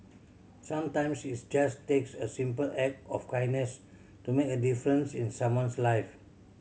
sometimes its just takes a simple act of kindness to make a difference in someone's life